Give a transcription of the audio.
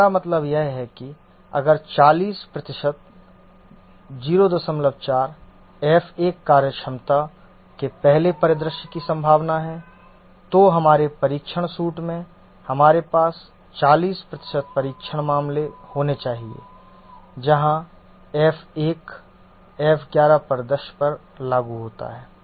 हमारा मतलब यह है कि अगर 40 प्रतिशत 04 F1 कार्यक्षमता के पहले परिदृश्य की संभावना है तो हमारे परीक्षण सूट में हमारे पास 40 प्रतिशत परीक्षण मामले होने चाहिए जहां F1 F11 परिदृश्य पर लागू होता है